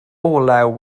olew